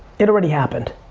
it already happened.